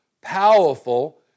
powerful